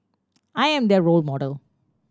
I am their role model